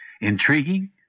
Intriguing